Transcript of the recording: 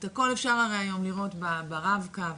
את הכול הרי אפשר היום לראות דרך הרב-קו.